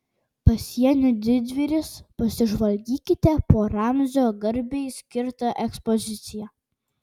pasienio didvyris pasižvalgykite po ramzio garbei skirtą ekspoziciją